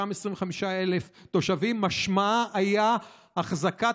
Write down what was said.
אותם 25,000 תושבים משמעם היה החזקת